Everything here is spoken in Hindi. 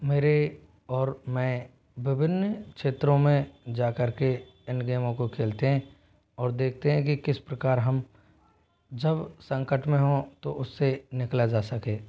मेरे और मैं विभिन्न क्षेत्रों में जाकर के इन गेमों को खेलते हैं और देखते हैं कि किस प्रकार हम जब संकट में हों तो उससे निकला जा सके